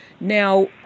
Now